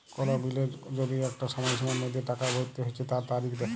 কোল বিলের যদি আঁকটা সময়সীমার মধ্যে টাকা ভরতে হচ্যে তার তারিখ দ্যাখা